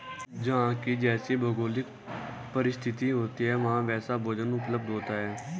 जहां की जैसी भौगोलिक परिस्थिति होती है वहां वैसा भोजन उपलब्ध होता है